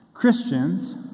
Christians